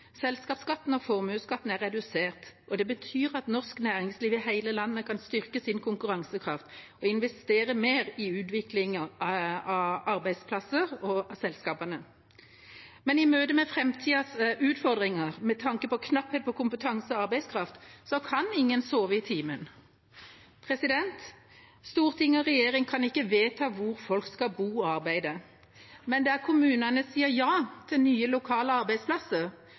Selskapsskatten og formuesskatten er redusert. Det betyr at norsk næringsliv i hele landet kan styrke sin konkurransekraft og investere mer i utviklingen av arbeidsplasser og selskaper. Men i møte med framtidas utfordringer, med tanke på knapphet på kompetanse og arbeidskraft, kan ingen sove i timen. Storting og regjering kan ikke vedta hvor folk skal bo og arbeide. Men der kommunene sier ja til nye lokale arbeidsplasser,